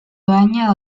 dohaina